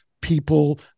people